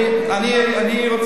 עכשיו יש מיטות ואין רופאים.